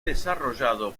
desarrollado